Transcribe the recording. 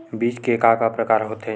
बीज के का का प्रकार होथे?